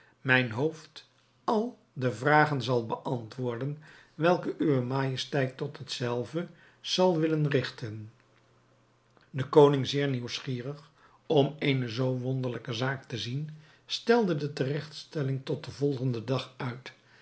mijn hoofd al de vragen zal beantwoorden welke uwe majesteit tot hetzelve zal willen rigten de koning zeer nieuwsgierig om eene zoo wonderlijke zaak te zien stelde de teregtstelling tot den volgenden dag uit